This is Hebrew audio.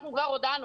אנחנו כבר הודענו,